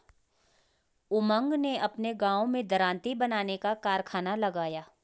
उमंग ने अपने गांव में दरांती बनाने का कारखाना लगाया